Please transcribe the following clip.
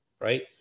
right